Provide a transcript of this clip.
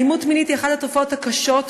אלימות מינית היא אחת התופעות הקשות,